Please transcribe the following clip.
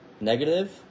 negative